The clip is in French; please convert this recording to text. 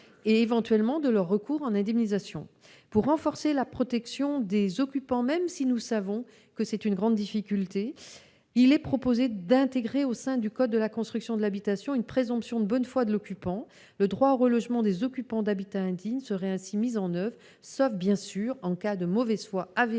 et éventuellement de leur recours en indemnisation. Pour renforcer la protection des occupants, même si nous en connaissons la difficulté, il est proposé d'intégrer au sein du code de la construction et de l'habitation une présomption de bonne foi de l'occupant. Le droit au relogement des occupants d'habitat indigne serait ainsi mis en oeuvre, sauf en cas de mauvaise foi avérée